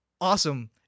awesome